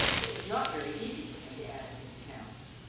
it was not very easy for him to add up his accounts,